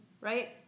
right